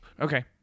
Okay